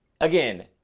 again